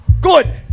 Good